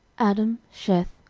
adam, sheth,